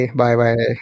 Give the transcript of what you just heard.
bye-bye